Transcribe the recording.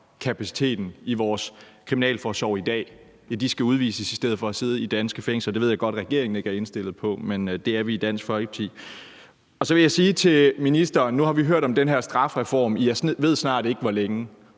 kapaciteten i vores kriminalforsorg i dag, skal udvises i stedet for at sidde i danske fængsler. Det ved jeg godt at regeringen ikke er indstillet på, men det er vi i Dansk Folkeparti. Så vil jeg sige til ministeren, at nu har vi hørt om den her strafreform, jeg ved snart ikke hvor længe,